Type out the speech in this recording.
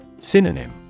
Synonym